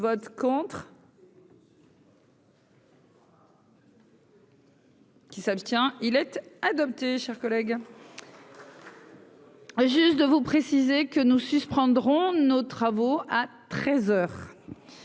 vote contre. Qui s'abstient-il être adopté chers collègues. Juste de vous préciser que nous suspendrons nos travaux à 13 heures